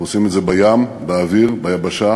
אנחנו עושים את זה בים, באוויר, ביבשה,